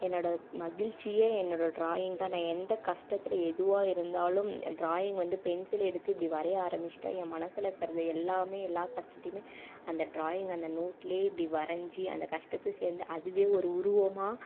என்னோடய மகிழ்ச்சியே என்னோடய ட்ராயிங் தான் நான் எந்த கஷ்டத்தில் எதுவா இருந்தாலும் ட்ராயிங் வந்து பென்சில் எடுத்து இப்படி வரைய ஆரம்பிச்சிட்டால் என் மனசில் இருக்கிறது எல்லாமே எல்லா கஷ்டத்தையுமே அந்த ட்ராயிங் அந்த நோட்லேயே இப்படி வரைஞ்சி அந்த கஷ்டத்தை சேர்ந்து அதுவே ஒரு உருவமாக